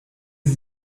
sie